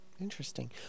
interesting